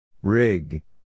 Rig